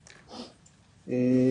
שלום.